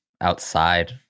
outside